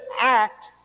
act